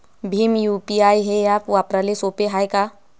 Bhim UPI हे app वापराले सोपे हाय का?